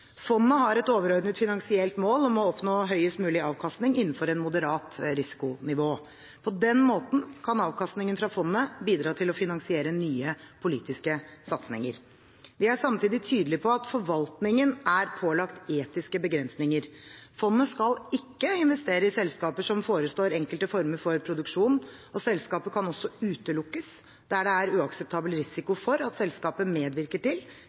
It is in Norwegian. Fondet har et overordnet finansielt mål om å oppnå høyest mulig avkastning innenfor et moderat risikonivå. På den måten kan avkastningen fra fondet bidra til å finansiere nye politiske satsinger. Vi er samtidig tydelige på at forvaltningen er pålagt etiske begrensninger. Fondet skal ikke investere i selskaper som forestår enkelte former for produksjon, og selskaper kan også utelukkes der det er uakseptabel risiko for at selskapet medvirker til